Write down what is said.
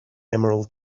emerald